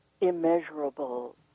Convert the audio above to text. immeasurable